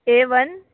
a one